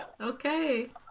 Okay